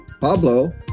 Pablo